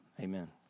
Amen